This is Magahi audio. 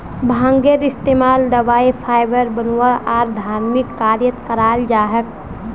भांगेर इस्तमाल दवाई फाइबर बनव्वा आर धर्मिक कार्यत कराल जा छेक